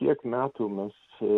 kiek metų mes